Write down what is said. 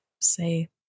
Say